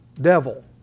devil